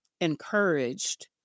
encouraged